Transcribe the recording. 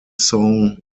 song